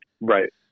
Right